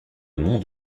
monde